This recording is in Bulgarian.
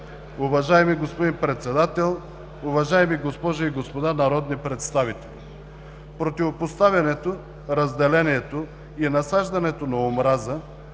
Уважаеми господин Председател, уважаеми госпожи и господа народни представители! Противопоставянето, разделението и насаждането на омраза